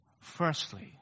Firstly